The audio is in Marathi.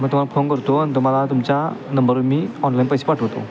मग तुमाला फोन करतो आणि तुम्हाला तुमच्या नंबरवर मी ऑनलाईन पैसे पाठवतो